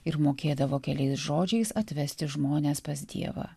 ir mokėdavo keliais žodžiais atvesti žmones pas dievą